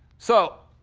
so,